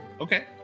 Okay